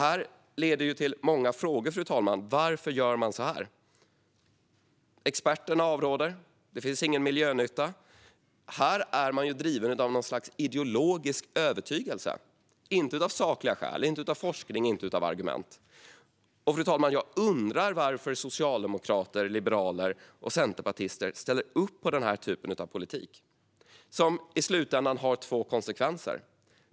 Detta leder till många frågor. Varför gör man så här? Experterna avråder. Det finns ingen miljönytta. Här är man driven av en ideologisk övertygelse, inte av sakliga skäl, forskning eller argument. Jag undrar varför socialdemokrater, liberaler och centerpartister ställer upp på den här politiken som i slutändan har två konsekvenser.